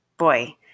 Boy